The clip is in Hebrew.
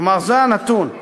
כלומר, זה הנתון,